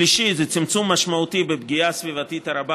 השלישי זה צמצום משמעותי בפגיעה הסביבתית הרבה